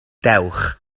dewch